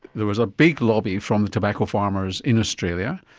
there was a big lobby from the tobacco farmers in australia.